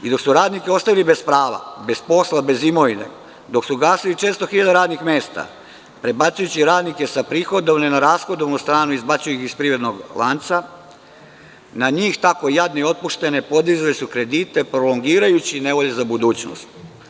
Dok su radnike ostavili bez prava, bez posla, bez imovine, dok su ugasili 400.000 radnih mesta prebacujući radnike sa prihodovane na rashodovanu stranu, izbacuju ih iz privatnog lanca, na njih tako jadne i otpuštene podizali su kredite prolongirajući nevolje za budućnost.